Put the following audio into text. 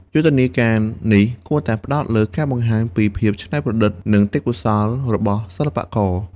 យុទ្ធនាការនេះគួរតែផ្តោតលើការបង្ហាញពីភាពច្នៃប្រឌិតនិងទេពកោសល្យរបស់សិល្បករខ្មែរ។